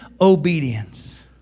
obedience